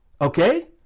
Okay